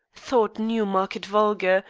thought newmarket vulgar,